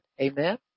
Amen